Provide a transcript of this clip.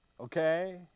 okay